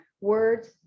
words